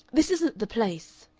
this isn't the place.